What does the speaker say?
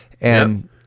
And-